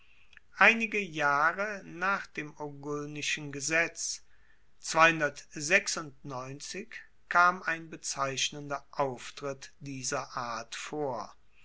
einige jahre nach dem ogulnischen gesetz kam ein bezeichnender auftritt dieser art vor